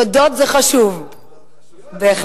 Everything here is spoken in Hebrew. תודות זה חשוב בהחלט.